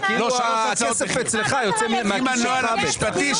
כאילו הכסף אצלך, יוצא מהכיס שלך בטח.